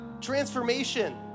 transformation